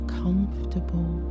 comfortable